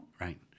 Right